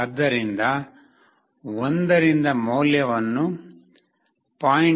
ಆದ್ದರಿಂದ 1 ರಿಂದ ಮೌಲ್ಯವನ್ನು 0